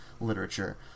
literature